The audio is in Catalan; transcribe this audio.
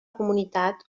comunitat